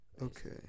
Okay